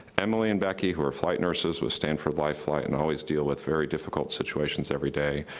emily and becky, who are flight nurses with stanford life flight, and always deal with very difficult situations every day,